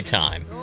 time